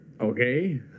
Okay